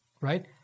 right